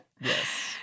Yes